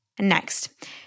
Next